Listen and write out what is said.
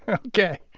ok.